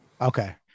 Okay